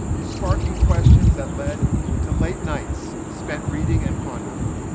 sparking questions that led to late nights spent reading and pondering.